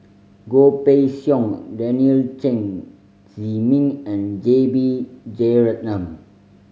Goh Pei Siong Daniel Chen Zhiming and J B Jeyaretnam